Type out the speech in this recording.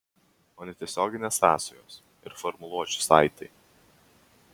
o netiesioginės sąsajos ir formuluočių saitai